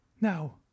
Now